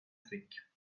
trick